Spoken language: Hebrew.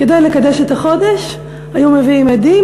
כדי לקדש את החודש היו מביאים עדים,